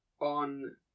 on